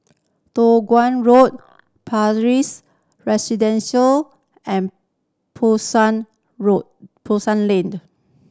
Toh Guan Road and Pasar Road Pasar Lane